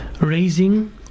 raising